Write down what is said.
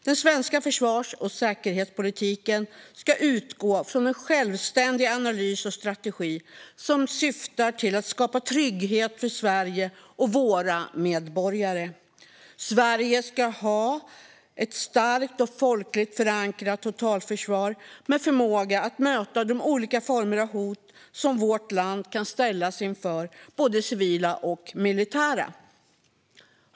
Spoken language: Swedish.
Den svenska försvars och säkerhetspolitiken ska utgå från en självständig analys och strategi som syftar till att skapa trygghet för Sverige och våra medborgare. Sverige ska ha ett starkt och folkligt förankrat totalförsvar med förmåga att möta de olika former av hot som vårt land kan ställas inför, både civila och militära.